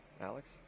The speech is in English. Alex